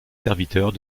serviteurs